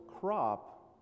crop